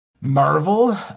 Marvel